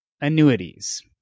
annuities